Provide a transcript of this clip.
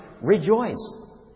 rejoice